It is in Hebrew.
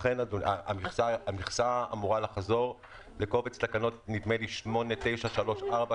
המכסה אמורה לחזור לקובץ תקנות 8934,